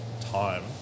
time